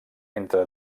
entre